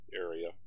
area